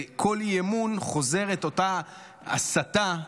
וכל אי-אמון חוזר על אותה הסתה,